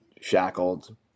Shackled